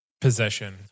possession